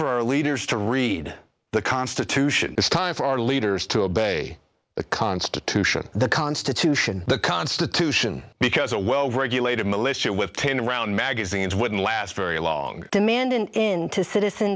for our leaders to read the constitution it's time for our leaders to obey the constitution the constitution the constitution because a well regulated militia with ten around magazines wouldn't last very long demand an end to citizen